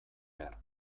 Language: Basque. behar